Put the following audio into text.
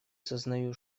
сознаю